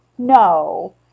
No